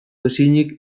ezinik